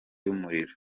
y’umuriro